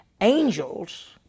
angels